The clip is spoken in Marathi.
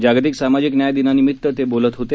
जागतिक सामाजिक न्याय दिनानिमित्त ते बोलत होते